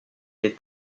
est